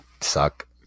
suck